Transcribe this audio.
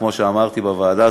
כמו שאמרתי בוועדה,